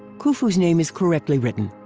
khufu's name is correctly written.